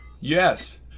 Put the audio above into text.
Yes